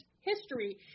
history